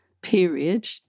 period